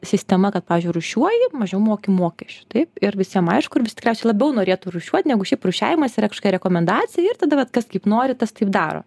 sistema kad pavyzdžiui rūšiuoji mažiau moki mokesčių taip ir visiem aišku ir visi tikriausiai labiau norėtų rūšiuot negu šiaip rūšiavimas yra kažokia rekomendacija ir tada vat kas kaip nori tas taip daro